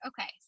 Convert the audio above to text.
okay